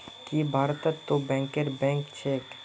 की भारतत तो बैंकरेर बैंक छेक